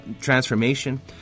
transformation